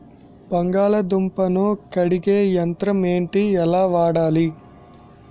బంగాళదుంప ను కడిగే యంత్రం ఏంటి? ఎలా వాడాలి?